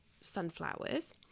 sunflowers